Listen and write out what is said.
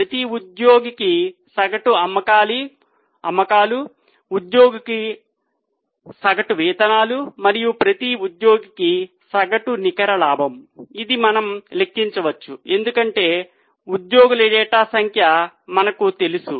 ప్రతి ఉద్యోగికి సగటు అమ్మకాలు ఉద్యోగికి సగటు వేతనాలు మరియు ప్రతి ఉద్యోగికి సగటు నికర లాభం ఇది మనము లెక్కించవచ్చు ఎందుకంటే ఉద్యోగుల డేటా సంఖ్య మనకు తెలుసు